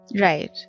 Right